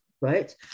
Right